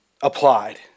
applied